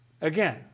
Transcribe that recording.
Again